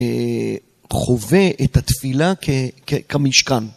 חווה את התפילה כמשכן.